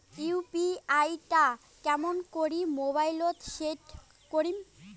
UPI টা কেমন করি মোবাইলত সেট করিম?